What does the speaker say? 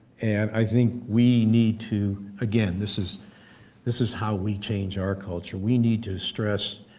and i think we need to, again, this is this is how we change our culture, we need to stress,